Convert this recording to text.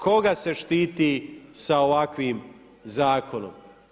Koga se štiti sa ovakvim zakonom?